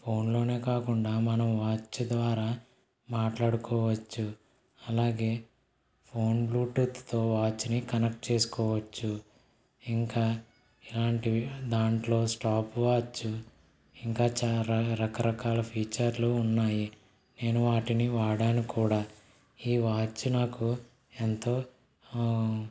ఫోన్లోనే కాకుండా మనం వాచ్ ద్వారా మాట్లాడుకోవచ్చు అలాగే ఫోన్ బ్లూటూత్తో వాచ్ని కనెక్ట్ చేసుకోవచ్చు ఇంకా ఇలాంటివి దాంట్లో స్టాప్ వాచ్ ఇంకా చాలా రకరకాల ఫ్యూచర్లు ఉన్నాయి నేను వాటిని వాడాను కూడా ఈ వాచ్ నాకు ఎంతో